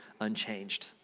unchanged